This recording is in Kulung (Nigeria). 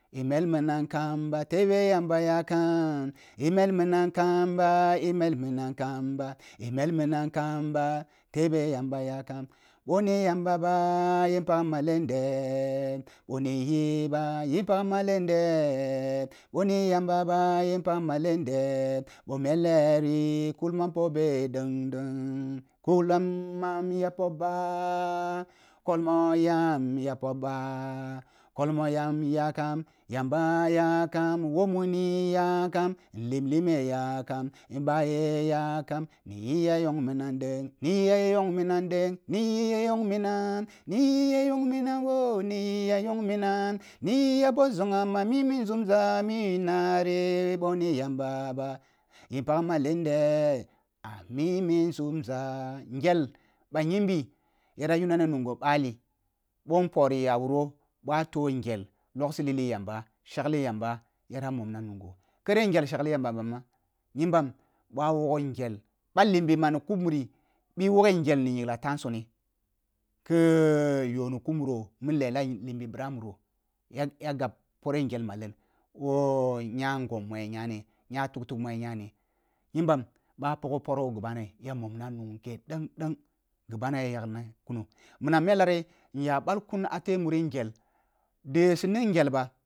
I mol minam kam ba – i mel minam kam ba – l mel minam kam ba tebe yamba yakam boni yamba baa ya pàg malen de boni yi ba yin pag malen de – boni jamba ba yinpag malen do boh mele kulmam pobe denteng kulam mam yapo baa kulmam jam ya pob baa kuman yam yakam yamba yakam woh muni yakam limlime yamak ta ye yakam ni yi ya yog minan deng – ni yi ya yog minam deng ni yi ya yog minam-ni ya yi ya bol zogham ni yi ya bol zogham ah mimi zunra minari bo ni yamba ba yin pag malen de ah mimi nzumza gyel ba nyimbi yara yunna ni nungho bali boh npori ya wuro boh a foh ngel logsi n i lili yamba shagle yamba yara mom na nungho kare ngel shagli yamba ba ma nyimabam boh a wagho ngel ba limbi ma ni ku muri bi wog he ngel ni nyingla tah nsone ke yoh ni ku nuro lela limbi bira ah muro ya ga pore ngel malen woh nya ngom mu ya nya ni nya tugtug mu nya-nya ni nyimba ɓa pagho phoro woh ghi bani ya momna nunghe dengdeng ghi ba nina ya yagna kuno minam mela ri nya bal kun a teh mak ngel deu si ning ngel ba.